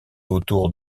autour